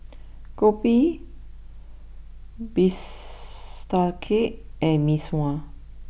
Kopi Bistake and Mee Sua